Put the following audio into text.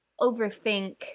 overthink